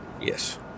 Yes